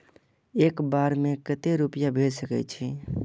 एक बार में केते रूपया भेज सके छी?